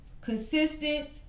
Consistent